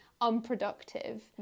unproductive